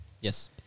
Yes